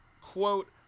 quote